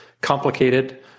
complicated